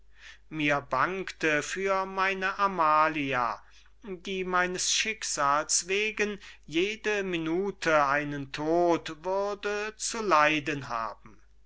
mir bangte für meine amalia die meines schicksals wegen jede minute einen tod würde zu leiden haben